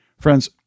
Friends